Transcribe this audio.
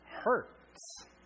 hurts